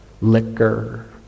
liquor